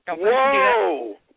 Whoa